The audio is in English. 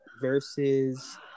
versus